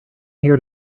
here